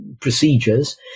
procedures